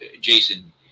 Jason